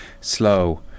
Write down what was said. slow